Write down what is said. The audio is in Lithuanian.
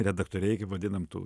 redaktoriai kaip vadinam tų